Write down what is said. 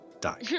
die